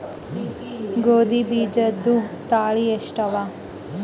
ಗೋಧಿ ಬೀಜುದ ತಳಿ ಎಷ್ಟವ?